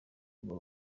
urwo